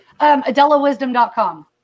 AdelaWisdom.com